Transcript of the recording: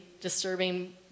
disturbing